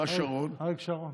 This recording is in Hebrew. בא שרון, אריק שרון.